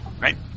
Right